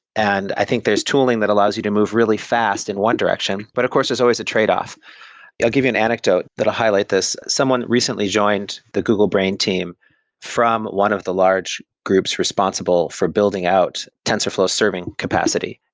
and i think there's tooling that allows you to move really fast in one direction. but of course, there's always a trade-off. i'll give you an anecdote that will highlight this someone recently joined the google brain team from one of the large groups responsible for building out tensorflow serving capacity.